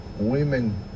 women